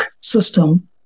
system